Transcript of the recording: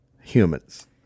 humans